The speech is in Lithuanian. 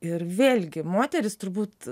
ir vėlgi moterys turbūt